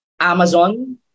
Amazon